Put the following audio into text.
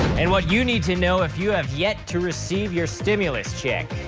and, what you need to know if you have yet to receive your stimulus check.